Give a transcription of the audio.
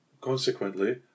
consequently